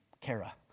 Kara